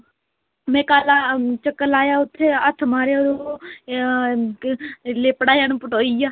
में कल्ल चक्कर लाया उत्थै हत्थ मारेआ ते ओ लेपड़ा जन पटोई गेआ